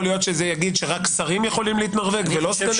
יכול להיות שזה יגיד שרק שרים "להתנרבג" ולא סגני שרים.